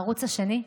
הערוץ השני,